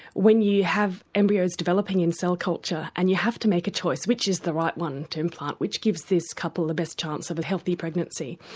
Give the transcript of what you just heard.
when you have embryos developing in cell culture and you have to make a choice which is the right one to implant, which gives this couple the best change of a healthy pregnancy,